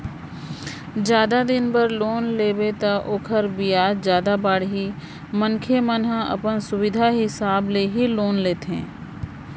जादा दिन बर लोन लेबे त ओखर बियाज जादा बाड़ही मनखे मन ह अपन सुबिधा हिसाब ले ही लोन लेथे